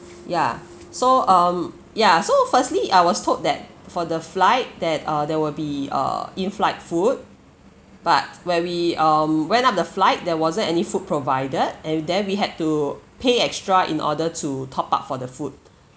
ya so um ya so firstly I was told that for the flight that uh there will be uh in flight food but when we um went up the flight there wasn't any food provided and then we had to pay extra in order to top up for the food